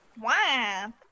Wow